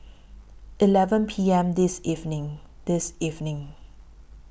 eleven P M This evening This evening